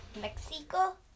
Mexico